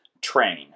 train